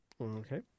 Okay